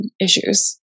issues